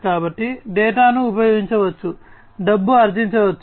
కాబట్టి డేటాను ఉపయోగించవచ్చు డబ్బు ఆర్జించవచ్చు